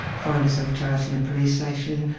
find herself charged in the police station.